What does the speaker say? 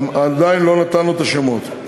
עדיין לא נתנו את השמות,